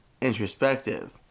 introspective